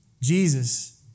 Jesus